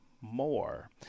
More